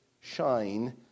shine